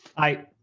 i.